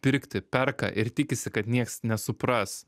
pirkti perka ir tikisi kad nieks nesupras